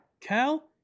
Cal